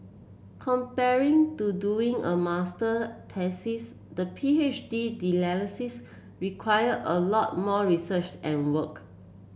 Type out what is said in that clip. comparing to doing a master taxis the P H D require a lot more research and work